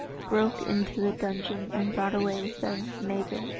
broke into the dungeon, and brought away with them mabon,